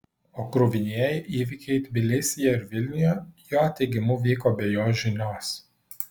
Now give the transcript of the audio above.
o kruvinieji įvykiai tbilisyje ir vilniuje jo teigimu vyko be jo žinios